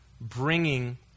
bringing